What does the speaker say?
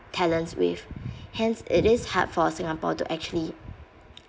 talents with hence it is hard for singapore to actually